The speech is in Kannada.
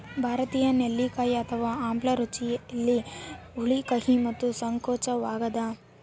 ಭಾರತೀಯ ನೆಲ್ಲಿಕಾಯಿ ಅಥವಾ ಆಮ್ಲ ರುಚಿಯಲ್ಲಿ ಹುಳಿ ಕಹಿ ಮತ್ತು ಸಂಕೋಚವಾಗ್ಯದ